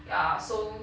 ya so